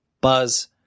Buzz